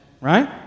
right